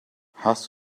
hast